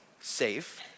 safe